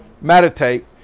Meditate